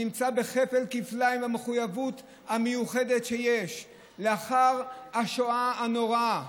כפל כפליים במחויבות המיוחדת שיש לאחר השואה הנוראה,